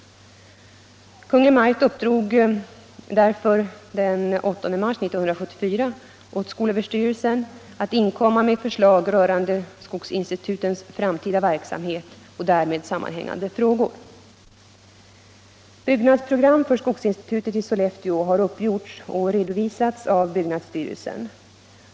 Kungl. Maj:t uppdrog därför den 8 mars 1974 åt skolöverstyrelsen att inkomma med förslag rörande skogsinstitutens framtida verksamhet och därmed sammanhängande frågor. Byggnadsprogram för skogsinstitutet i Sollefteå har uppgjorts och redovisats av byggnadsstyrelsen.